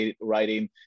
writing